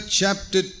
chapter